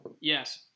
Yes